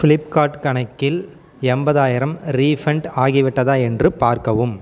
Flipkart கணக்கில் எண்பதாயிரம் refund ஆகிவிட்டதா என்று பார்க்கவும்